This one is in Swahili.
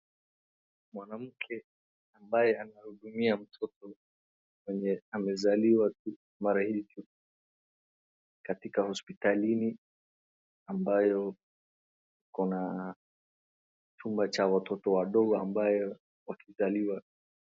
Mwanamke ambaye anahudumia mtoto mwenye amezaliwa tu mara hicho, katika hospitalini ambayo iko na chumba cha watoto wadogo ambaye wakizaliwa.